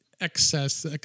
Excess